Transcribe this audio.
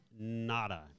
nada